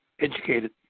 educated